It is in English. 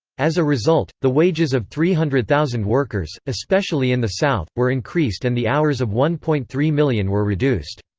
as a result, the wages of three hundred thousand workers, especially in the south, were increased and the hours of one point three million were reduced.